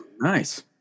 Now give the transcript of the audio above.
Nice